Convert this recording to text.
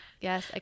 Yes